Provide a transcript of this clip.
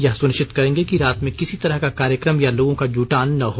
यह सुनिश्चित करेंगे कि रात में किसी तरह का कार्यक्रम या लोगों का जुटान न हो